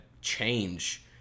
change